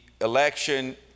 election